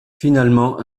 finalement